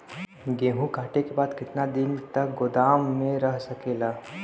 गेहूँ कांटे के बाद कितना दिन तक गोदाम में रह सकेला?